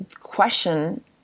question